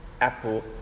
Apple